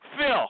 Phil